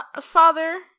father